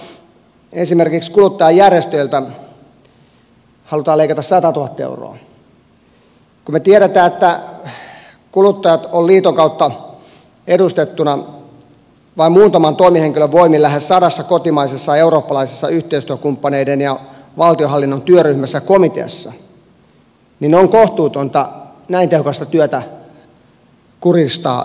kun me tiedämme että kuluttajat ovat liiton kautta edustettuina vain muutaman toimihenkilön voimin lähes sadassa kotimaisessa ja eurooppalaisessa yhteistyökumppaneiden ja valtionhallinnon työryhmässä ja komiteassa niin on kohtuutonta näin tehokasta työtä kuristaa yhtään enempää